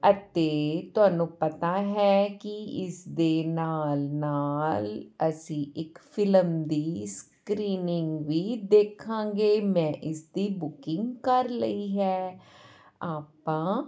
ਅਤੇ ਤੁਹਾਨੂੰ ਪਤਾ ਹੈ ਕਿ ਇਸ ਦੇ ਨਾਲ ਨਾਲ ਅਸੀਂ ਇੱਕ ਫਿਲਮ ਦੀ ਸਕਰੀਨਿੰਗ ਵੀ ਦੇਖਾਂਗੇ ਮੈਂ ਇਸਦੀ ਬੁਕਿੰਗ ਕਰ ਲਈ ਹੈ ਆਪਾਂ